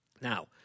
Now